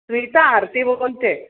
स्मिता आरती बोलत आहे